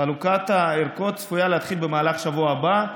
חלוקת הערכות צפויה להתחיל במהלך השבוע הבא,